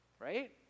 Right